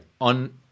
on